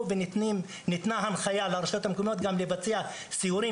ניתנה הנחיה לרשויות המקומיות גם לבצע סיורים